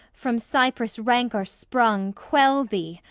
from cypris' rancour sprung, quell thee,